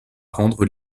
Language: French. rendre